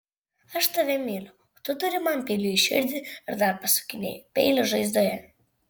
aš tave myliu o tu duri man peiliu į širdį ir dar pasukinėji peilį žaizdoje